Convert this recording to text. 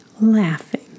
laughing